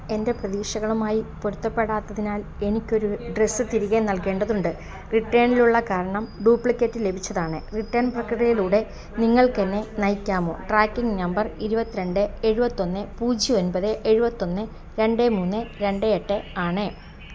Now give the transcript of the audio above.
എൻ്റെ പ്രതീക്ഷകളുമായി പൊരുത്തപ്പെടാത്തതിനാൽ എനിക്കൊരു ഡ്രസ്സ് തിരികെ നൽകേണ്ടതുണ്ട് റിട്ടേണിനുള്ള കാരണം ഡ്യൂപ്ലിക്കേറ്റ് ലഭിച്ചതാണ് റിട്ടേൺ പ്രക്രിയയിലൂടെ നിങ്ങൾക്ക് എന്നെ നയിക്കാമോ ട്രാക്കിംഗ് നമ്പർ ഇരുപത്തിരണ്ട് എഴുപത്തൊന്ന് പൂജ്യം ഒമ്പത് എഴുപത്തൊന്ന് രണ്ട് മൂന്ന് രണ്ട് എട്ട് ആണ്